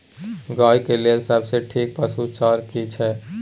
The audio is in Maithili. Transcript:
गाय के लेल सबसे ठीक पसु चारा की छै?